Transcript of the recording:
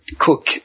Cook